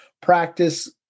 practice